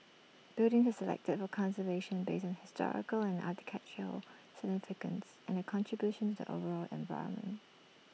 buildings are selected for conservation based on historical and architectural significance and their contribution to the overall environment